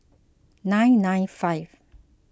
nine nine five